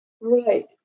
Right